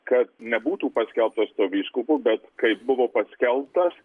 kad nebūtų paskelbtas tuo vyskupu bet kai buvo paskelbtas